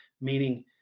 meaning